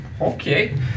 okay